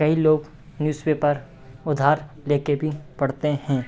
कई लोग न्यूजपेपर उधार लेके भी पढ़ते हैं